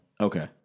Okay